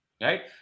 Right